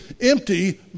empty